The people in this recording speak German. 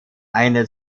eine